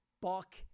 buck